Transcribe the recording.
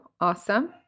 awesome